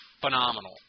phenomenal